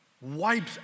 wipes